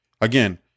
again